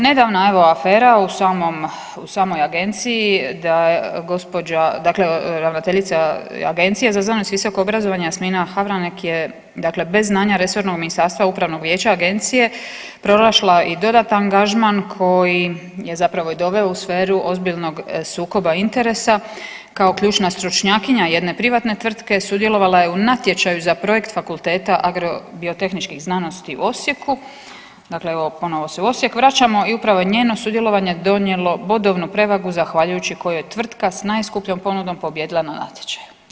Nedavna evo afera u samom, u samoj agenciji da gospođa, dakle ravnateljica Agencije za znanost i visoko obrazovanje Jasmina Havranek je dakle bez znanja resornog ministarstva upravnog vijeća agencije pronašla i dodatan angažman koji je zapravo i doveo u sferu ozbiljnog sukoba interesa kao ključna stručnjakinja jedne privatne tvrtke sudjelovala je u natječaju za projekt Fakulteta agrobiotehničkih znanosti u Osijeku, dakle evo ponovo se u Osijek vraćamo i upravo je njeno sudjelovanje donijelo bodovnu prevagu zahvaljujući kojoj je tvrtka s najskupljom ponudom pobijedila na natječaju.